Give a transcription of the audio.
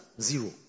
Zero